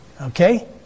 Okay